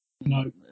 No